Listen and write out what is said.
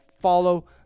follow